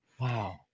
Wow